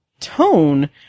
tone